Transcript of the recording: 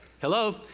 Hello